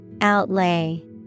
Outlay